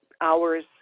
hours